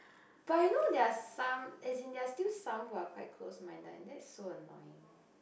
but you know there are some as in there are still some who are quite close minded and that's so annoying